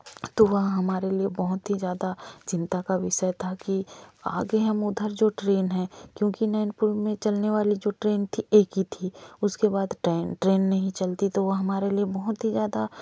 तो वह हमारे लिए बहुत ही ज़्यादा चिंता का विषय था कि आगे हम उधर जो ट्रेन है क्योंकि नैनपुर में चलने वाली जो ट्रेन थी एक ही थी उसके बाद ट्रेन नहीं चलती तो हमारे लिए बहुत ही ज़्यादा